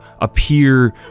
appear